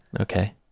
Okay